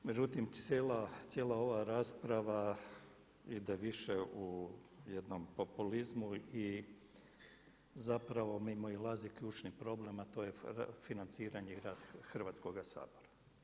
Međutim cijela ova rasprava ide više u jednom populizmu i zapravo mimoilazi ključni problem a to je financiranje i rad Hrvatskoga sabora.